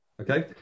okay